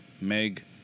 Meg